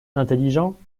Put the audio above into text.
intelligent